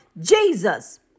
Jesus